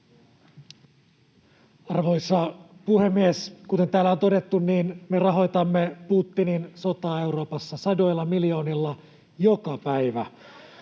Arvoisa puhemies! Kuten täällä on todettu, me rahoitamme Putinin sotaa Euroopassa sadoilla miljoonilla joka päivä